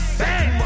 bang